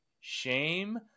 shame